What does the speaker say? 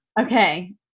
Okay